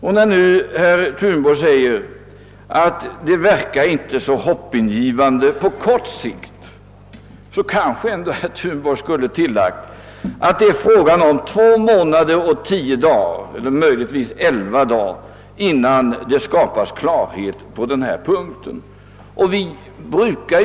Och när herr Thunborg säger att mitt svar inte verkar så hoppingivande på kort sikt, skulle han kanske ändå ha tillagt att det är fråga om två månader och tio — eller möjligtvis elva — dagar innan det skapas klarhet på denna punkt, och vi brukar